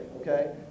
okay